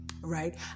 right